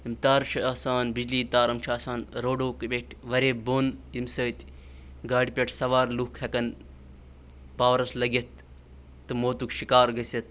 یِم تارٕ چھِ آسان بِجلی تار یِم چھِ آسان روڈو پیٚٹھۍ واریاہ بۄن ییٚمہِ سۭتۍ گاڑِ پٮ۪ٹھ سوار لُکھ ہٮ۪کَن پاورَس لٔگِتھ تہٕ موتُک شِکار گٔژھِتھ